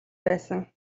байсан